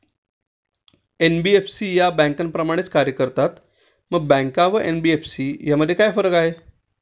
NBFC या बँकांप्रमाणेच कार्य करतात, मग बँका व एन.बी.एफ.सी मध्ये काय फरक आहे?